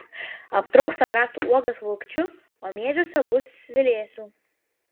aptrauks agrastų uogas valkčiu o miežiuose bus svilėsių